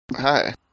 hi